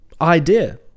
idea